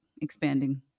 expanding